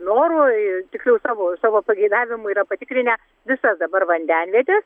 noru ir tiksliau savo savo pageidavimu yra patikrinę visas dabar vandenvietes